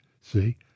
see